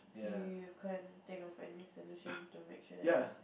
you can't think of any solution to make sure that it's